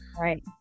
Right